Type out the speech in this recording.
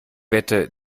wette